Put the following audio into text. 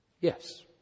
yes